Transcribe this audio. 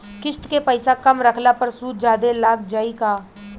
किश्त के पैसा कम रखला पर सूद जादे लाग जायी का?